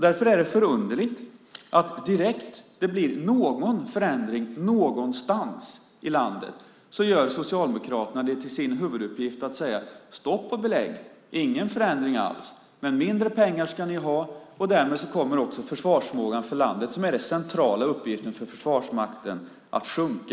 Därför är det förunderligt att när det blir någon förändring någonstans i landet gör Socialdemokraterna det direkt till sin huvuduppgift att säga: Stopp och belägg! Ingen förändring alls! Men mindre pengar ska ni ha. Därmed kommer också landets försvarsförmåga - den centrala uppgiften för Försvarsmakten - att sjunka.